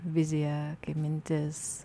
vizija kaip mintis